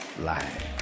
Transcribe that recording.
life